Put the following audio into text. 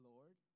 Lord